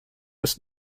ist